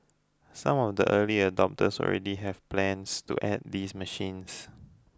some of the early adopters already have plans to add these machines